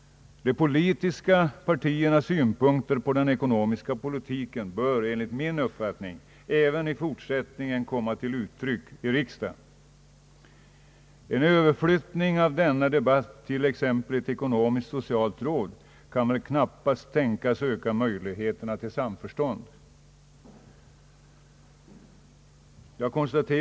De politis ka partiernas synpunkter på den eko nomiska politiken bör, enligt min uppfattning, även i fortsättningen komma till uttryck i riksdagen. En överflyttning av denna debatt till exempelvis ett ekonomiskt-socialt råd kan knappast tänkas öka möjligheterna till samförstånd. Herr talman!